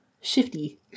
Shifty